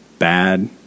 bad